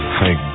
thank